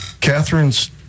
Catherine's